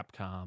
Capcom